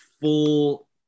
full